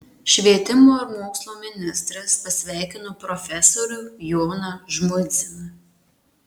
švietimo ir mokslo ministras pasveikino profesorių joną žmuidziną